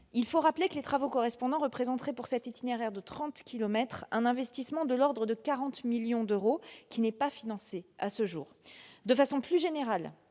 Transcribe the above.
de vos voeux, les travaux correspondants représenteraient, pour cet itinéraire de 30 kilomètres, un investissement de l'ordre de 40 millions d'euros, qui n'est pas financé à ce jour. De façon plus générale,